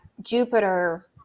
Jupiter